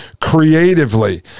creatively